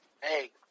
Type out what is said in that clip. Hey